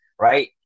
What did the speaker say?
Right